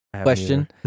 question